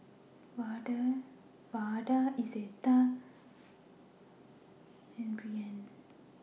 Vada Izetta and Brianne